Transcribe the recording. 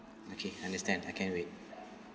okay understand I can wait